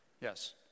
Yes